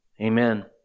Amen